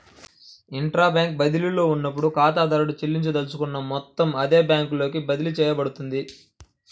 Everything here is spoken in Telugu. ఇంట్రా బ్యాంక్ బదిలీలో ఉన్నప్పుడు, ఖాతాదారుడు చెల్లించదలుచుకున్న మొత్తం అదే బ్యాంకులోకి బదిలీ చేయబడుతుంది